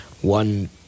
one